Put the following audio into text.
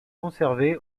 conservés